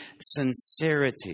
sincerity